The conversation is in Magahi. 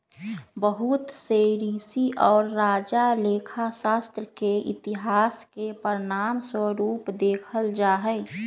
बहुत से ऋषि और राजा लेखा शास्त्र के इतिहास के प्रमाण स्वरूप देखल जाहई